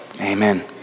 Amen